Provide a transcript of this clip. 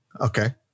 Okay